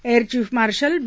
air chief marshal B